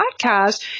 Podcast